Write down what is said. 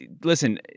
Listen